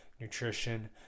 nutrition